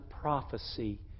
prophecy